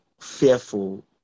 fearful